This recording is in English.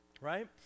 Right